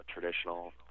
traditional